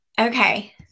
Okay